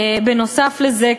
ונוסף על זה,